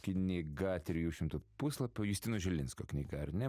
knyga trijų šimtų puslapių justino žilinsko knyga ar ne